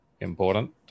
important